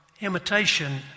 imitation